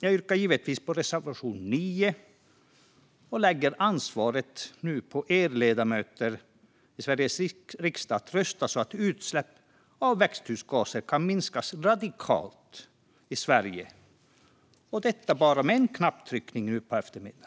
Jag yrkar givetvis bifall till reservation 9 och lägger nu ansvaret på er ledamöter i Sveriges riksdag att rösta så att utsläpp av växthusgaser i Sverige radikalt kan minskas - och detta bara med en knapptryckning i eftermiddag.